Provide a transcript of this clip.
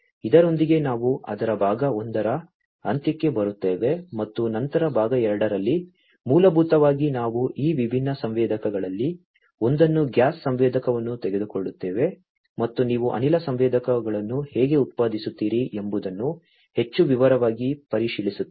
ಇದರೊಂದಿಗೆ ನಾವು ಅದರ ಭಾಗ 1 ರ ಅಂತ್ಯಕ್ಕೆ ಬರುತ್ತೇವೆ ಮತ್ತು ನಂತರ ಭಾಗ 2 ರಲ್ಲಿ ಮೂಲಭೂತವಾಗಿ ನಾವು ಈ ವಿಭಿನ್ನ ಸಂವೇದಕಗಳಲ್ಲಿ ಒಂದನ್ನು ಗ್ಯಾಸ್ ಸಂವೇದಕವನ್ನು ತೆಗೆದುಕೊಳ್ಳುತ್ತೇವೆ ಮತ್ತು ನೀವು ಅನಿಲ ಸಂವೇದಕಗಳನ್ನು ಹೇಗೆ ಉತ್ಪಾದಿಸುತ್ತೀರಿ ಎಂಬುದನ್ನು ಹೆಚ್ಚು ವಿವರವಾಗಿ ಪರಿಶೀಲಿಸುತ್ತೇವೆ